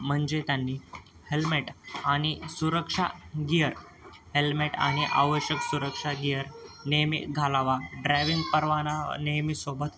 म्हणजे त्यांनी हेल्मेट आणि सुरक्षा गियर हेल्मेट आणि आवश्यक सुरक्षा गियर नेहमी घालावा ड्रायविंग परवाना नेहमी सोबत